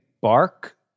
bark